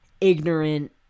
ignorant